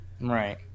Right